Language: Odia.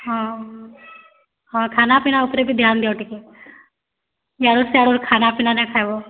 ହଁ ହଁ ଖାନାପିନା ଉପରେ ବି ଧ୍ୟାନ୍ ଦିଅ ଟିକେ ଇଆଡ଼ୁ ସିଆଡ଼ୁର୍ ଖାନାପିନା ନାଇଁ ଖାଇବ